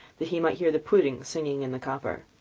that he might hear the pudding singing in the copper.